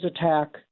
attack